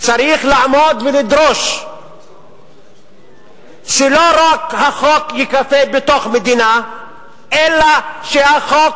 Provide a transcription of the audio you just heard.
לעמוד ולדרוש שלא רק החוק ייכפה בתוך מדינה אלא שהחוק